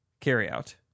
Carryout